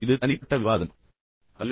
எனவே இது தனிப்பட்ட விவாதம் அல்ல